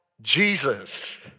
Jesus